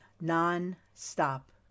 non-stop